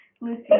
Lucy